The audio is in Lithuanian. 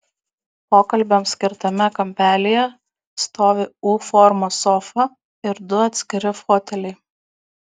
pokalbiams skirtame kampelyje stovi u formos sofa ir du atskiri foteliai